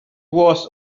was